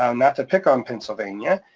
um not to pick on pennsylvania,